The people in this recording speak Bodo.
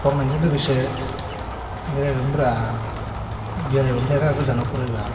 फरायनायजों लोगोसे बेरायगोन ब्रा बेरायग्राबो थायो ना गोजानाव फरायबा